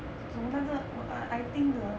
我只煮那个我 err I think 的